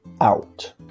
out